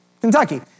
Kentucky